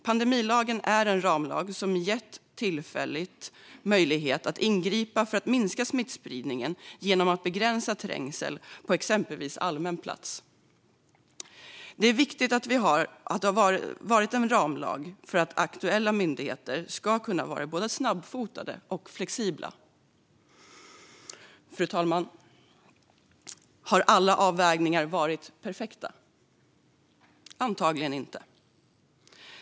Pandemilagen är en ramlag som gett tillfällig möjlighet att ingripa för att minska smittspridningen genom att begränsa trängsel på exempelvis allmän plats. Det är viktigt att det har varit en ramlag för att aktuella myndigheter ska kunna vara både snabbfotade och flexibla. Fru talman! Har alla avvägningar varit perfekta? Antagligen inte.